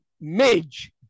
Midge